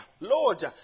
Lord